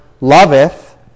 loveth